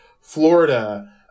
Florida